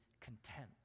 content